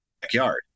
backyard